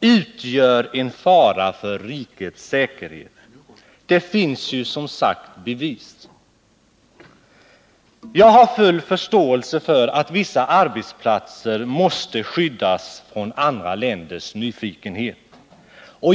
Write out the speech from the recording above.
utgör en fara för rikets säkerhet. Det finns som sagt bevis. Jag har full förståelse för att vissa arbetsplatser måste skyddas från andra länders nyfikenhet.